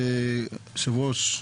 היושב-ראש,